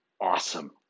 awesome